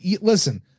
Listen